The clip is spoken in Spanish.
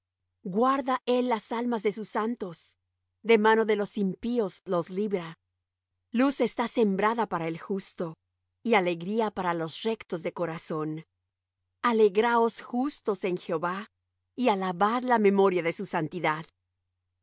guarda él las almas de sus santos de mano de los impíos los libra luz está sembrada para el justo y alegría para los rectos de corazón alegraos justos en jehová y alabad la memoria de su santidad